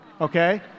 okay